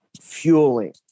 fueling